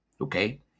okay